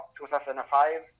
2005